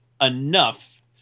enough